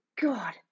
God